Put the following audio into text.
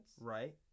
Right